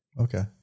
Okay